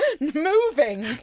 moving